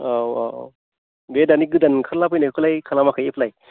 औ औ बे दानि गोदान ओंखारला बायनायखौलाय खालामाखै एप्लाइ